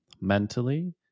mentally